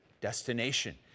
destination